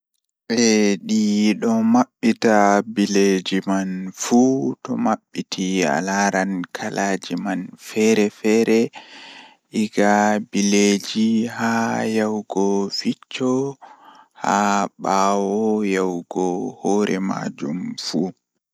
Njidi nguurndam ngam sabu njiddude sabu ɗiɗi, fota waawaa njiddaade e loowdi so tawii nguurndam waawataa njillataa. Hokkondir leydi ngal e ndiyam ngal e keɓa joom ndiyam ngoni njiddude walla sabu. Njillataa e ɗoon njiddude e ko o waawataa njiddude ngal. Hokkondir sabu e ɗiɗi ngal ngal.